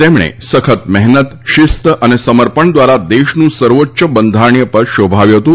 તેમણે સખત મહેનત શિસ્ત અને સમર્પણ દ્વારા દેશનું સર્વોચ્ય બંધારણીય પદ શોભાવ્યું હતું